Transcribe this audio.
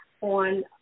on